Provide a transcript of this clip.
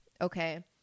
okay